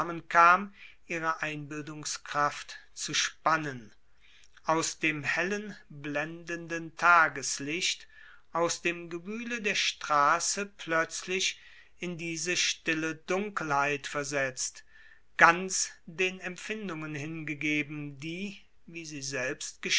ihre einbildungskraft zu spannen aus dem hellen blendenden tageslicht aus dem gewühle der straße plötzlich in diese stille dunkelheit versetzt ganz den empfindungen hingegeben die wie sie selbst